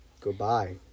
goodbye